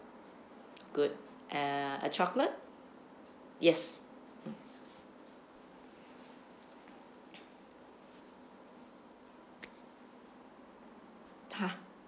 good uh a chocolate yes !huh!